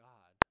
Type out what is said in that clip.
God